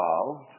involved